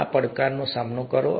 આ પડકારનો સામનો કરો